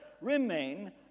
remain